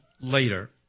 later